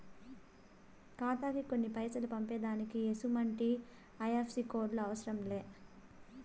ఖాతాకి కొన్ని పైసలు పంపేదానికి ఎసుమంటి ఐ.ఎఫ్.ఎస్.సి కోడులు అవసరం లే